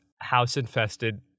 house-infested